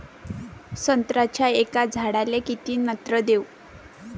संत्र्याच्या एका झाडाले किती नत्र देऊ?